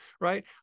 right